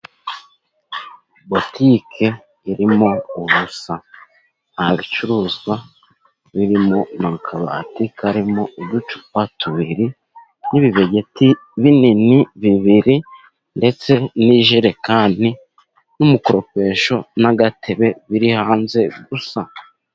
Butike irimo ubusa nta bicuruzwa birimo, mu kabati karimo uducupa tubiri n'ibibegeti binini bibiri ndetse n'ijerekani n'umukoropesho n'agatebe biri hanze gusa.